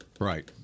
Right